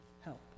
help